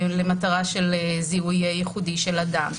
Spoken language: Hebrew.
למטרה של זיהוי ייחודי של אדם,